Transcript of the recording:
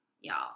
y'all